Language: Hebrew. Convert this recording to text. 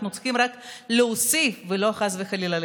אנחנו צריכים רק להוסיף ולא לקזז, חס וחלילה.